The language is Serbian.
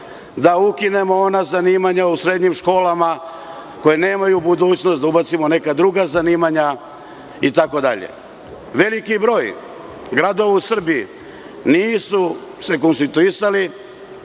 da ukinemo ona zanimanja u srednjim školama koja nemaju budućnost, da ubacimo neka druga zanimanja, itd. Veliki broj gradova u Srbiji nisu se konstituisali